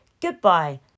Goodbye